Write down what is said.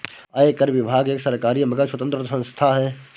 आयकर विभाग एक सरकारी मगर स्वतंत्र संस्था है